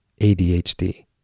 ADHD